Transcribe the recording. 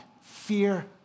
fear